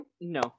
No